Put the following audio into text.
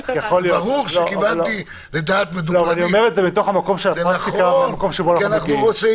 אני אומר את זה מתוך המקום של הפרקטיקה ומהמקום שממנו אנחנו מגיעים.